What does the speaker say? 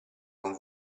con